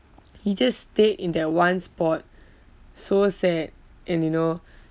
he just stayed in that one spot so sad and you know